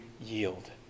yield